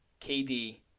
KD